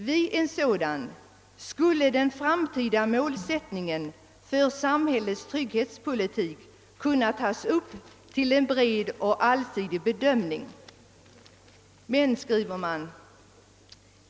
Vid en sådan skulle den framtida målsättningen för samhällets trygghetspolitik kunna tas upp till en bred och allsidig bedömning.